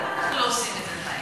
למה אנחנו לא עושים את זה?